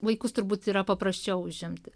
vaikus turbūt yra paprasčiau užimti